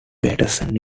paterson